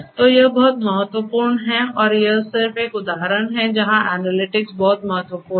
तो यह बहुत महत्वपूर्ण है और यह सिर्फ एक उदाहरण है जहां एनालिटिक्स बहुत महत्वपूर्ण है